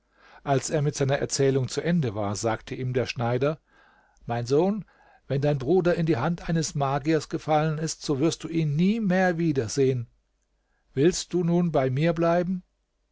als er mit seiner erzählung zu ende war sagte ihm der schneider mein sohn wenn dein bruder in die hand eines magiers gefallen ist so wirst du ihn nie mehr wieder sehen willst du nun bei mir bleiben